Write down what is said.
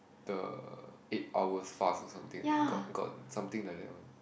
the eight hour fast or something like got got something like that one